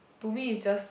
to me is just